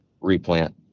replant